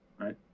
Right